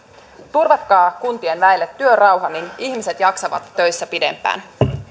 turvatkaa kuntien väelle työrauha niin ihmiset jaksavat töissä pidempään